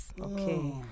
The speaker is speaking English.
Okay